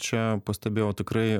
čia pastebėjau tikrai